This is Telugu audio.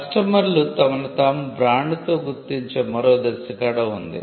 కస్టమర్లు తమను తాము బ్రాండ్తో గుర్తించే మరో దశ కూడా ఉంది